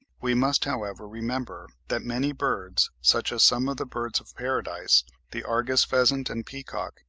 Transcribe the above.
we must, however, remember that many birds, such as some of the birds of paradise, the argus pheasant and peacock,